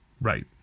Right